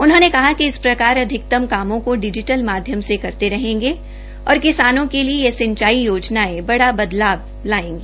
उन्होंने कहा कि इस प्रकार अधिकतम कामों को डिजिटल माध्यम से करते रहेंगे और किसानों के लिए यह सिंचाई योजनाएं बड़ा बदलाव लायेंगी